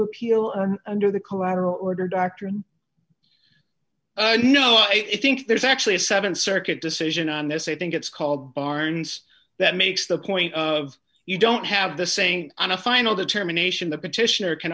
appeal him under the collateral order doctrine and you know i think there's actually a seven circuit decision on this i think it's called barnes that makes the point of you don't have the same on a final determination the petitioner can